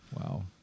Wow